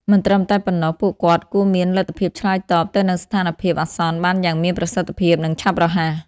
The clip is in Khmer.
មិនត្រឹមតែប៉ុណ្ណោះ ពួកគាត់គួរមានលទ្ធភាពឆ្លើយតបទៅនឹងស្ថានភាពអាសន្នបានយ៉ាងមានប្រសិទ្ធភាពនិងឆាប់រហ័ស។